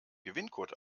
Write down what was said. gewinncode